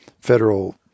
federal